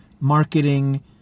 marketing